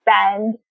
spend